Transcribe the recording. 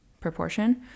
proportion